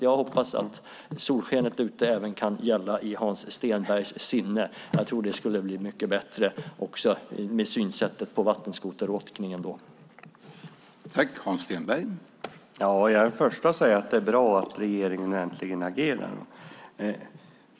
Jag hoppas att solen ute även kan skina i Hans Stenberg sinne. Då tror jag också att synsättet på vattenskoteråkningen skulle bli mycket bättre.